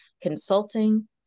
Consulting